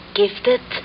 gifted